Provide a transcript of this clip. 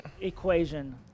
equation